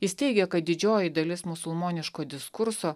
jis teigia kad didžioji dalis musulmoniško diskurso